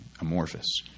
amorphous